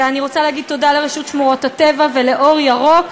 אני רוצה להגיד תודה לרשות שמורות הטבע ול"אור ירוק",